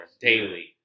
daily